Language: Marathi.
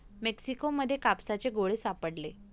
मेक्सिको मध्ये कापसाचे गोळे सापडले